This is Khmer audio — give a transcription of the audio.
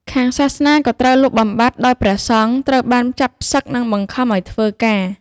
ខាងសាសនាក៏ត្រូវលុបបំបាត់ដោយព្រះសង្ឃត្រូវបានចាប់ផ្សឹក និងបង្ខំឱ្យធ្វើការ។